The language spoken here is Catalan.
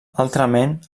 altrament